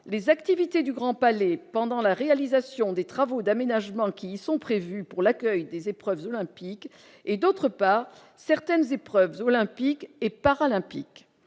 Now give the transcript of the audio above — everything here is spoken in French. les activités du Grand Palais pendant la réalisation des travaux d'aménagement qui sont prévus pour l'accueil des épreuves olympiques et d'autre part, certaines épreuves olympiques et paralympiques